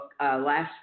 last